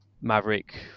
Maverick